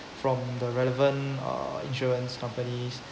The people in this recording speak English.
from the relevant uh insurance companies